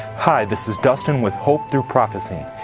hi, this is dustin with hope through prophecy.